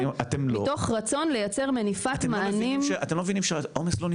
מתוך רצון לייצר מניפת מענים משמעותית.